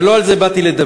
אבל לא על זה באת לדבר.